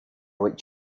what